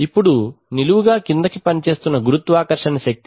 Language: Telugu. ఇప్పుడు నిలువుగా క్రిందికి పనిచేస్తున్న గురుత్వాకర్షణ శక్తి